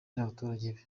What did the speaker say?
n’abaturage